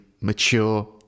mature